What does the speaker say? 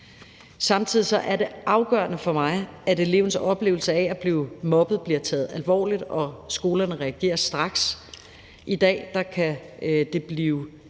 Samtidig er det afgørende for mig, at elevens oplevelse af at blive mobbet bliver taget alvorligt, og at skolerne reagerer straks. I dag kan det blive